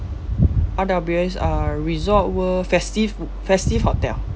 R_W_S uh resort world festive festive hotel